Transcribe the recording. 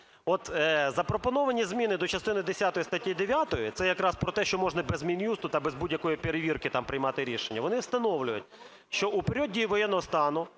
От запропоновані зміни до частини десятої статті 9, це якраз про те, що можна без Мін'юсту та без будь-якої перевірки там приймати рішення, вони встановлюють, що у період дії воєнного стану